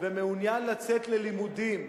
ומעוניין לצאת ללימודים,